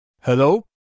Hello